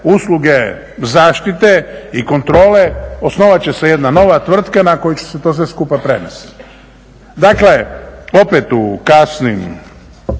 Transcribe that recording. usluge zaštite i kontrole, osnovati će se jedna nova tvrtka na koju će se sve to skupa prenijeti. Dakle, opet u kasnim